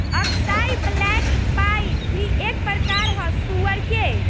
अक्साई black pied भी एक प्रकार ह सुअर के